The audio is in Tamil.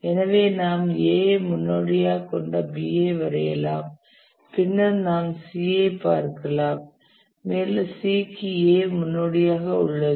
எனவே நாம் A ஐ முன்னோடியாக கொண்ட B ஐ வரையலாம் பின்னர் நாம் C ஐப் பார்க்கலாம் மேலும் C க்கு A முன்னோடியாக உள்ளது